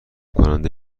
کننده